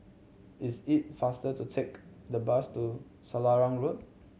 is it faster to take the bus to Selarang Road